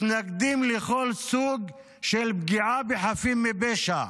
מתנגדים לכל סוג של פגיעה בחפים מפשע,